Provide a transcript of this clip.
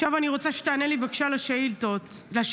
עכשיו אני רוצה שתענה לי בבקשה על השאילתה שלי: